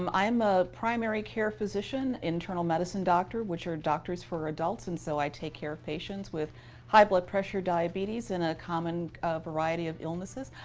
um i'm ah primary care physician, internal medicine doctor, which are doctors for adults. and so i take care of patients with high blood pressure, diabetes, and a common variety of illnesses.